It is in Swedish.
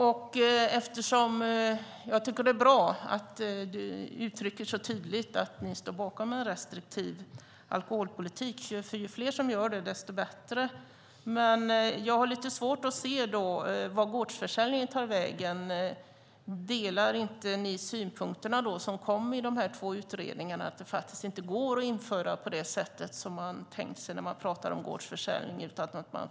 Herr talman! Jag tycker att det är bra att Metin Ataseven uttrycker så tydligt att ni står bakom en restriktiv alkoholpolitik. Ju fler som gör det, desto bättre. Men jag har lite svårt att se vart gårdsförsäljningen tar vägen. Delar ni inte de synpunkter som kom i de två utredningarna om att gårdsförsäljning inte går att införa på det sätt som man har tänkt sig när man talade om det?